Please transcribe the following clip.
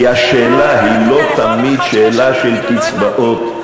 כי השאלה היא לא תמיד שאלה של קצבאות.